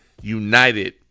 united